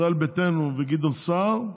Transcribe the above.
ישראל ביתנו וגדעון סער,